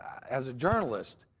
as a journalist,